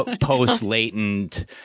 post-latent